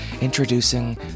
Introducing